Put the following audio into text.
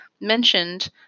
mentioned